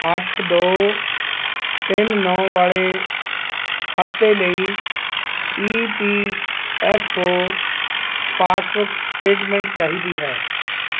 ਅੱਠ ਦੋ ਤਿੰਨ ਨੌ ਵਾਲੇ ਖਾਤੇ ਲਈ E P F O passbook statement ਚਾਹੀਦੀ ਹੈ